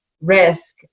risk